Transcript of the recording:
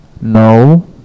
No